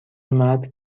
مرد